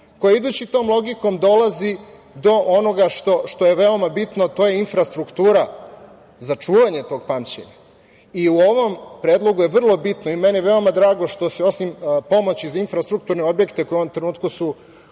koji idući tom logikom dolazi do onoga što je veoma bitno, a to je infrastruktura za čuvanje tog pamćenja.I u ovom Predlogu je vrlo bitno i meni veoma drago što se, osim pomoći za infrastrukturne objekte, u ovom trenutku su